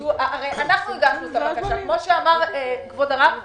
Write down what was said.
הרי אנחנו הגשנו את הבקשה כמו שאמר כבוד הרב.